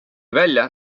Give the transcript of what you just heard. välja